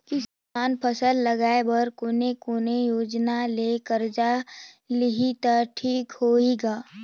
किसान फसल लगाय बर कोने कोने योजना ले कर्जा लिही त ठीक होही ग?